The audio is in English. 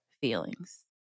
feelings